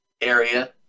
area